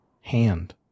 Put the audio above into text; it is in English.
hand